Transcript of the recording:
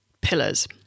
pillars